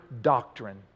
doctrine